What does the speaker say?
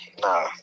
nah